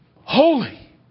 holy